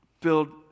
build